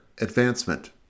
advancement